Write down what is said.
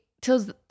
tells